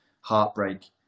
heartbreak